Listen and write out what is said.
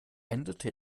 endete